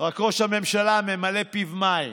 רק ראש הממשלה ממלא פיו מים.